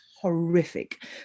horrific